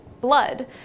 blood